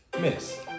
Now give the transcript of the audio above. Miss